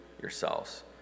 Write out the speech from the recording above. yourselves